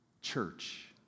Church